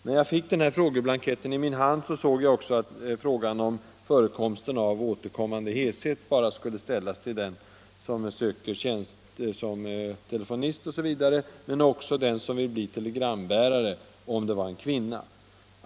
När jag fick frågeblanketten i min hand upptäckte jag också, att frågan om förekomsten av återkommande heshet skulle ställas till den som söker tjänst som telefonist m.m. men också till den som vill bli telegramutbärare — dock bara om det var en kvinna.